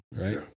right